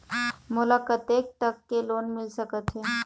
मोला कतेक तक के लोन मिल सकत हे?